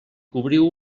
cobriu